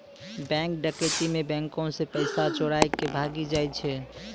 bank डकैती मे बैंको से पैसा चोराय के भागी जाय छै